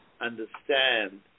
understand